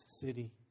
city